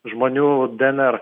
žmonių dnr